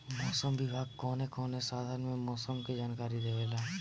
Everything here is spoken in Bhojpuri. मौसम विभाग कौन कौने साधन से मोसम के जानकारी देवेला?